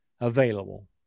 available